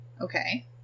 Okay